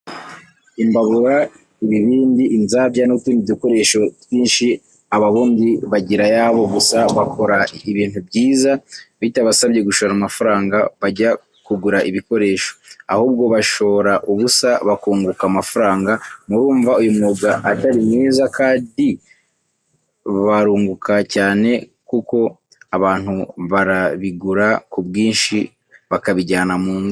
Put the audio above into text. Imbabura ibibindi inzabya nutundi dukoresho twisnhi ababumbyi bagira ayabo gusa bakora ibintu byiza bitabasabye gushora amafaranga bajya kugura ibikoresho. ahubwo bashora ubusa bakunguka amafaranga murumva uyumwuga atarimwiza kadi barunguka cyane kuko abantu barabigura kubwinshi bakabijyana mungo.